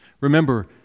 Remember